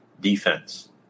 defense